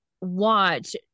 watch